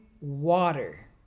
water